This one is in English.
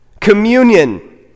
communion